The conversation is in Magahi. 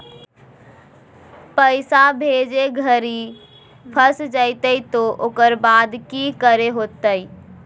पैसा भेजे घरी फस जयते तो ओकर बाद की करे होते?